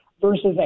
versus